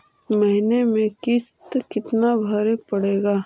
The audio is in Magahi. महीने में किस्त कितना भरें पड़ेगा?